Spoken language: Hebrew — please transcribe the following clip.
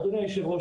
אדוני היושב-ראש,